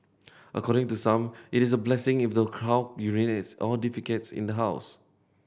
according to some it is a blessing in the cow urinates or defecates in the house